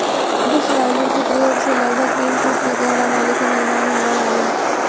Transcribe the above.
subsoiler के प्रयोग से लगभग तीन फीट तक गहरा नाली के निर्माण होवऽ हई